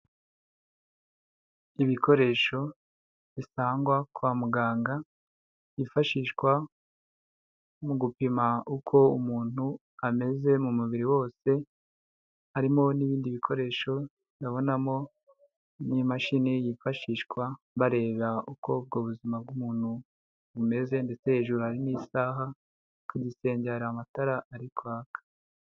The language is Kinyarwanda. Ibikoresho bisangwa kwa muganga, byifashishwa mu gupima uko umuntu ameze mu mubiri wose, harimo n'ibindi bikoresho, ndabonamo n'imashini yifashishwa bareba uko ubwo buzima bw'umuntu bumeze ndetse hejuru hari n'isaha, ku gisenge hari amatara ari kwaka.